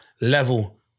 level